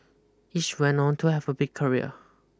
each went on to have a big career